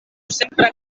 sempre